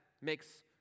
makes